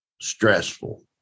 stressful